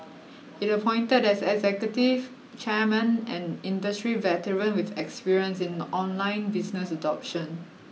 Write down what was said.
it appointed as executive chairman an industry veteran with experience in online business adoption